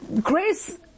grace